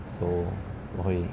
so 我会